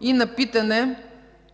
и на питане